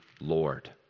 Lord